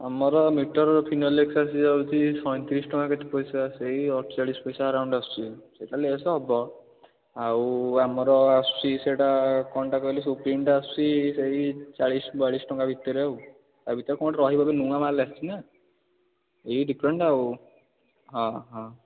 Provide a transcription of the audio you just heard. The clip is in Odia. ଆମର ମିଟର୍ ଫିନୋଲେକ୍ସ୍ ଆସିଯାଉଛି ସଇଁତିରିଶ ଟଙ୍କା କେତେ ପଇସା ସେଇ ଅଠଚାଳିଶ ପଇସା ଆରାଉଣ୍ଡ୍ ଆସୁଛି ହେବ ଆଉ ଆମର ଆସୁଛି ସେଇଟା କ'ଣଟା କହିଲେ ସୁପ୍ରିମ୍ଟା ଆସୁଛି ସେଇ ଚାଳିଶ ବୟାଳିଶ ଟଙ୍କା ଭିତରେ ଆଉ ତା'ଭିତରେ କ'ଣ ଗୋଟେ ରହିବ ଆଉ ନୂଆ ମାଲ୍ ଆସିଛି ନା ଏଇ ଡିଫରେଣ୍ଟ୍ ଆଉ ହଁ ହଁ